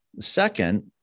second